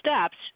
steps